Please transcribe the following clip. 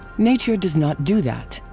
nature does not do that.